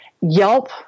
Yelp